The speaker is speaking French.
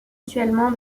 mutuellement